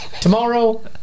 tomorrow